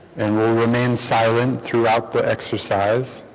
and we'll remain silent throughout the exercise